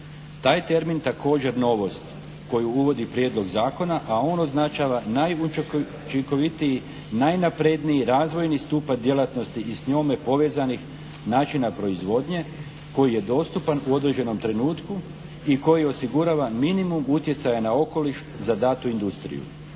Taj je termin također novost koju uvodi prijedlog zakona a on označava najučinkovitiji, najnapredniji razvojni stupanj djelatnosti i s njome povezanih načina proizvodnje koji je dostupan u određenom trenutku i koji osigurava minimum utjecaja na okoliš za datu industriju.